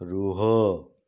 ରୁହ